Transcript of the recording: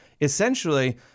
Essentially